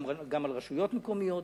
גם על רשויות מקומיות.